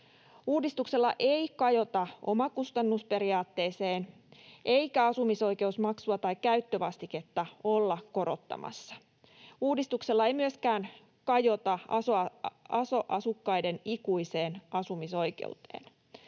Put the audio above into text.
Uudistuksella ei kajota omakustannusperiaatteeseen, eikä asumisoikeusmaksua tai käyttövastiketta olla korottamassa. Uudistuksella ei myöskään kajota aso-asukkaiden ikuiseen asumisoikeuteen.